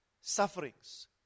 sufferings